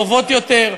טובות יותר,